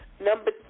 Number